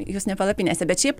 jūs ne palapinėse bet šiaip